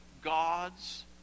God's